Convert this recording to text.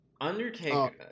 Undertaker